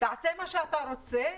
תעשה מה שאתה רוצה,